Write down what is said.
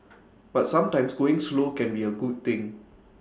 but sometimes going slow can be A good thing